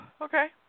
okay